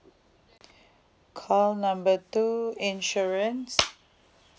call number two insurance